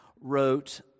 wrote